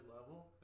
level